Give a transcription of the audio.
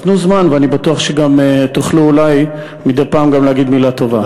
אז תנו זמן ואני בטוח שגם תוכלו אולי מדי פעם גם להגיד מילה טובה.